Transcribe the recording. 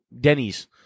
Denny's